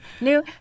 New